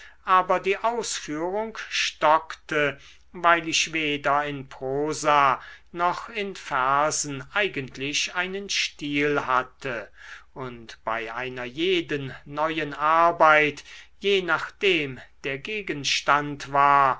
aber die ausführung stockte weil ich weder in prosa noch in versen eigentlich einen stil hatte und bei einer jeden neuen arbeit je nachdem der gegenstand war